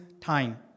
time